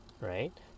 right